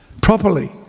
properly